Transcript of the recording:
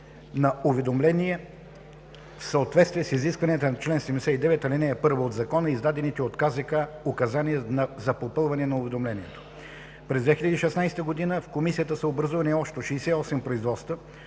на уведомления в съответствие с изискванията на чл. 79, ал. 1 от Закона и издадените от КЗК указания за попълване на уведомлението. През 2016 г. в Комисията са образувани общо 68 производства,